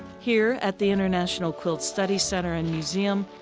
here at the international quilt studies center and museum,